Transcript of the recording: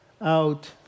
out